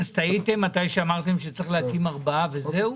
אז טעיתם כשאמרתם שצריך להקים ארבעה וזהו?